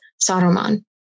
Saruman